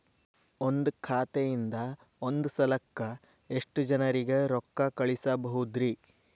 ಒಂದ್ ಖಾತೆಯಿಂದ, ಒಂದ್ ಸಲಕ್ಕ ಎಷ್ಟ ಜನರಿಗೆ ರೊಕ್ಕ ಕಳಸಬಹುದ್ರಿ?